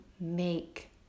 make